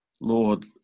Lord